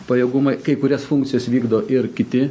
pajėgumai kai kurias funkcijas vykdo ir kiti